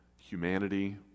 humanity